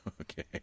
Okay